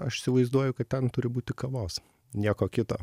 aš įsivaizduoju kad ten turi būti kavos nieko kito